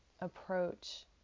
approach